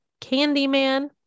Candyman